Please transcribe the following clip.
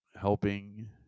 helping